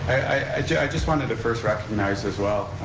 i just wanted to first recognize, as well,